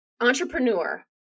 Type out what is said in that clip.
entrepreneur